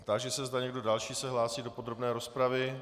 Táži se, zda někdo další se hlásí do podrobné rozpravy.